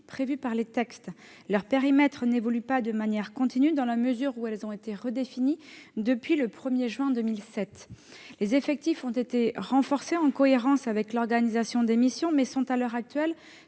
prévues par les textes. Leur périmètre n'évolue pas de manière continue, dans la mesure où elles ont été redéfinies depuis le 1juin 2007. Les effectifs ont été renforcés en cohérence avec l'organisation des missions, mais sont, à l'heure actuelle,